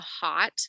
hot